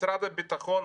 משרד הביטחון,